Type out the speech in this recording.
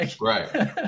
Right